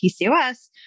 PCOS